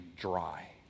dry